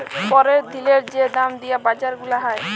প্যরের দিলের যে দাম দিয়া বাজার গুলা হ্যয়